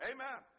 Amen